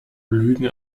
lügen